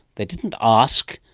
they didn't ask.